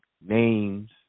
names